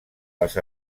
les